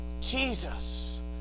Jesus